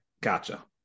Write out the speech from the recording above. Gotcha